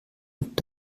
mit